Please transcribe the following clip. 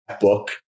book